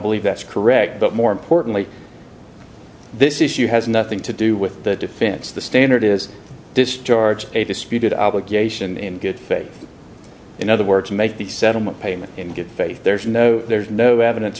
believe that's correct but more importantly this issue has nothing to do with the defense the standard is discharge a disputed obligation in good faith in other words make the settlement payment in good faith there's no there's no evidence